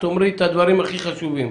תאמרי את הדברים הכי חשובים.